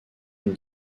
une